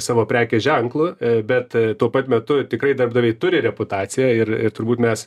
savo prekės ženklu bet tuo pat metu tikrai darbdaviai turi reputaciją ir ir turbūt mes